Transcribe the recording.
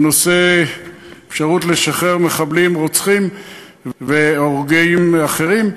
על נושא האפשרות לשחרר מחבלים רוצחים והורגים אחרים,